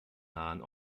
nahen